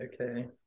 okay